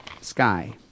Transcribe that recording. Sky